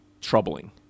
troubling